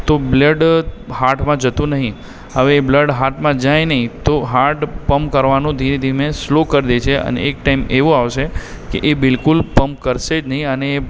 તો બ્લડ હાર્ટમાં જતું નથી હવે એ બલ્ડ હાર્ટમાં જાય નહીં તો હાર્ટ પંપ કરવાનું ધીરે ધીમે સ્લો કરી દે છે અને એક ટાઇમ એવો આવશે એ બિલકુલ પંપ કરશે જ નહીં અને એ